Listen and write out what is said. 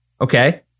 Okay